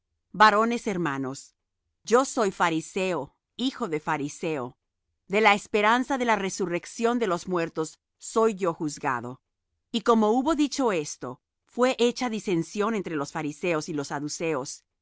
varones hermanos yo soy fariseo hijo de fariseo de la esperanza y de la resurrección de los muertos soy yo juzgado y como hubo dicho esto fué hecha disensión entre los fariseos y los saduceos